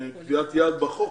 לקביעת יעד בחוק